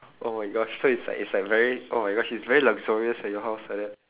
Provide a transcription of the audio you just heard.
oh my gosh so it's like it's like very oh my gosh it's very luxurious like your house like that